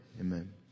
Amen